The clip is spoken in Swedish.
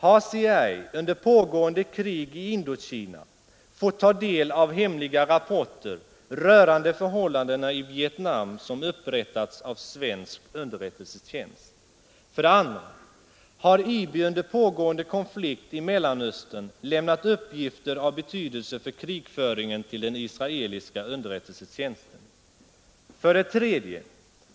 Har CIA under pågående krig i Indokina fått ta del av hemliga rapporter rörande förhållanden i Vietnam som upprättats av svensk underrättelsetjänst? 2. Har IB under pågående konflikt i Mellanöstern lämnat uppgifter av betydelse för krigföringen till den israeliska underrättelsetjänsten? 3.